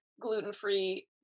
gluten-free